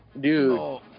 Dude